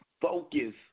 focus